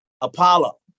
Apollo